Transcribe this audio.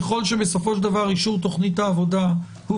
ככל שבסופו של דבר אישור תוכנית העבודה הוא